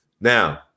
Now